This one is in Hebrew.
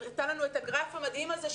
היא הראתה לנו את הגרף המדהים הזה,